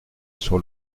sur